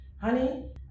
honey